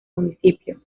municipio